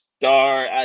star